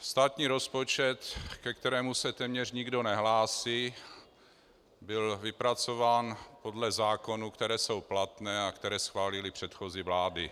Státní rozpočet, ke kterému se téměř nikdo nehlásí, byl vypracován podle zákonů, které jsou platné a které schválily předchozí vlády.